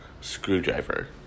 screwdriver